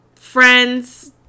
friends